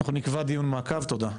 אנחנו נקבע דיון מעקב, תודה.